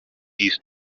east